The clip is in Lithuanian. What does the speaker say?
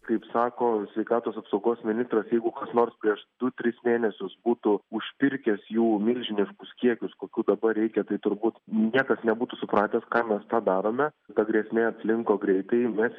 kaip sako sveikatos apsaugos ministras jeigu kas nors prieš du tris mėnesius būtų užpirkęs jų milžiniškus kiekius kokių dabar reikia tai turbūt niekas nebūtų supratęs kam mes tą darome bet grėsmė atslinko greitai mes